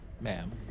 Ma'am